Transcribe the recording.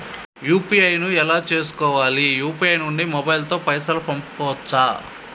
UPI ను ఎలా చేస్కోవాలి యూ.పీ.ఐ నుండి మొబైల్ తో పైసల్ పంపుకోవచ్చా?